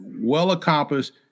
well-accomplished